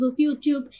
YouTube